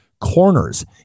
corners